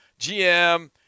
GM